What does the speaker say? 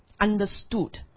understood